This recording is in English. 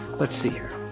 let's see.